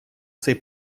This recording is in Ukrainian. цей